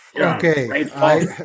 Okay